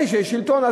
זה השלטון,